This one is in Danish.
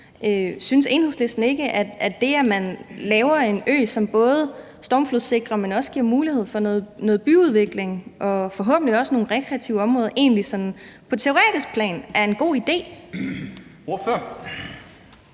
Synes Enhedslisten ikke, at det, at man laver en ø, som både stormflodssikrer, men også giver mulighed for noget byudvikling og forhåbentlig også nogle rekreative områder, egentlig sådan på teoretisk plan er en god idé?